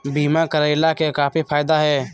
बीमा करैला के की फायदा है?